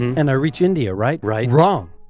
and i reach india, right? righ wrong!